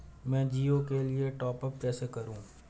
मैं जिओ के लिए टॉप अप कैसे करूँ?